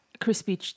crispy